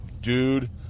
Dude